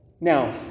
Now